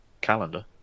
calendar